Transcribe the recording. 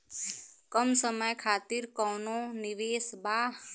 कम समय खातिर कौनो निवेश बा?